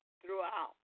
throughout